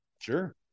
Sure